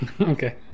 Okay